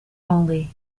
only